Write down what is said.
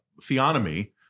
theonomy